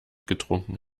getrunken